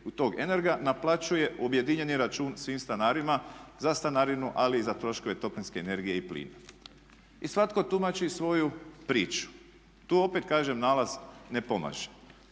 tog Energa naplaćuje objedinjen račun svim stanarima za stanarinu ali i za troškove toplinske energije i plina. I svatko tumači svoju priču. Tu opet kažem nalaz ne pomaže.